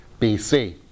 BC